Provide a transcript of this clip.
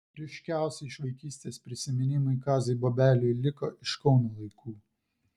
ryškiausi iš vaikystės prisiminimai kaziui bobeliui liko iš kauno laikų